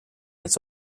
its